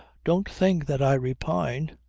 don't think that i repine.